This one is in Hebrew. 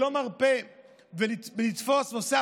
שלא מרפה מלתפוס את אותם אנשים,